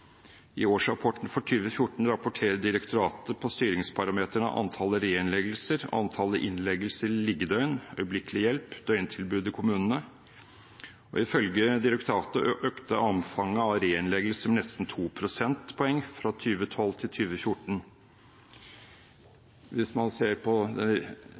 I årsrapporten for 2014 rapporterer direktoratet på styringsparameterne antallet reinnleggelser, antallet innleggelser/liggedøgn øyeblikkelig hjelp-døgntilbud i kommunene, og ifølge direktoratet økte omfanget av reinnleggelser med nesten 2 prosentpoeng fra 2012 til 2014. Hvis man ikke bare ser på prosentpoeng, men frekvensstigningen, går den